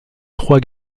trois